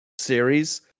series